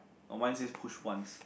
oh mine says push once